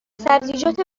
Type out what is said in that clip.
سبزیجات